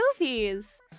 movies